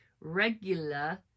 Regular